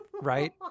right